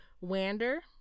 Wander